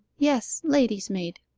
yes lady's-maid.